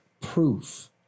proof